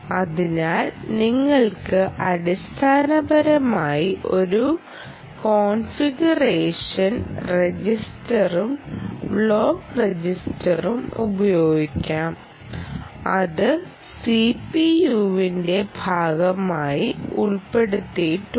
അതിനാൽ നിങ്ങൾക്ക് അടിസ്ഥാനപരമായി ഒരു കോൺഫിഗറേഷൻ രജിസ്റ്ററും ബ്ലോക്ക് രജിസ്റ്ററും ഉപയോഗിക്കാം അത് സിപിയുവിന്റെ ഭാഗമായി ഉൾപ്പെടുത്തിയിട്ടുണ്ട്